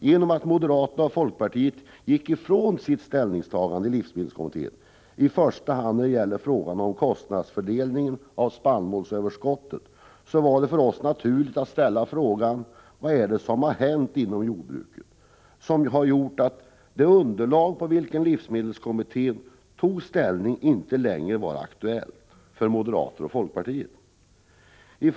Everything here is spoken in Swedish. Genom att moderaterna och folkpartiet gick ifrån sitt ställningstagande i livsmedelskommittén, i första hand i frågan om fördelningen av kostnaderna för spannmålsöverskottet, var det för oss naturligt att ställa frågan vad som har hänt inom jordbruket och som har gjort att det underlag på vilket livsmedelskommittén tog ställning inte längre var aktuellt för moderaterna och folkpartisterna.